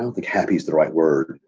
ah the cap is the right word.